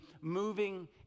moving